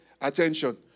Attention